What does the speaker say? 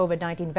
COVID-19